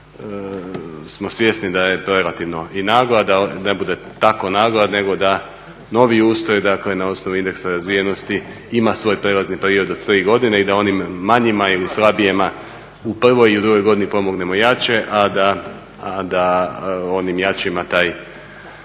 smo svjesni da je relativno i nagla, da ne bude tako nagla nego da novi ustroj, dakle na osnovi indeksa razvijenosti ima svoj prijelazni period od tri godine i da onim manjima ili slabijima u prvoj i drugoj godini pomognemo jače a da onim jačima taj